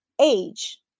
age